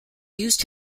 used